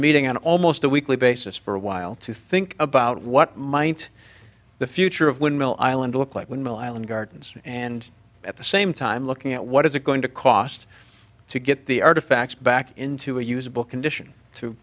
meeting on almost a weekly basis for a while to think about what might the future of windmill island look like when will island gardens and at the same time looking at what is it going to cost to get the artifacts back into a usable condition to